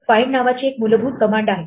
find नावाची एक मूलभूत कमांड आहे